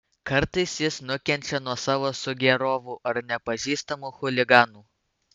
kartais jis nukenčia nuo savo sugėrovų ar nepažįstamų chuliganų